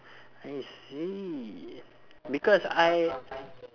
I see because I